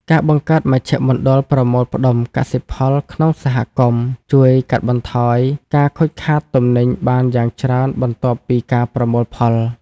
ការបង្កើតមជ្ឈមណ្ឌលប្រមូលផ្ដុំកសិផលក្នុងសហគមន៍ ជួយកាត់បន្ថយការខូចខាតទំនិញបានយ៉ាងច្រើនបន្ទាប់ពីការប្រមូលផល។